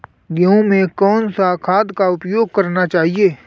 गेहूँ में कौन सा खाद का उपयोग करना चाहिए?